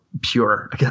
pure